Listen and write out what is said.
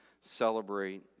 celebrate